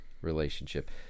relationship